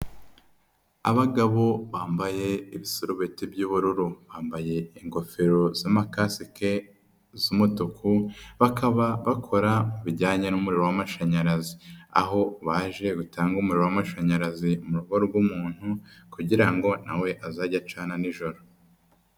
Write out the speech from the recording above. Abagabo bambaye ibisubeti by'ubururu, bambaye ingofero z'ama kasikez'umutuku, bakaba bakora ibijyanye n'umuriro w'amashanyarazi. Aho baje gutange umuriro w'amashanyarazi mu rugo rw'umuntu kugira ngo nawe azajye acana nijoro.